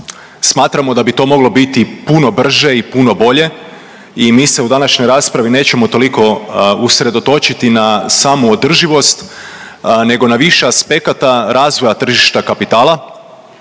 Smatramo da bi to moglo biti puno brže i puno bolje i mi se u današnjoj raspravi nećemo toliko usredotočiti na samo održivost nego na više aspekta razvoja tržišta kapitala